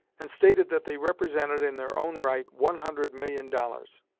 and stated that they represented in their own right one hundred million dollars.